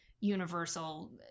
universal